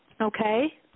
Okay